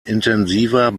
intensiver